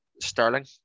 Sterling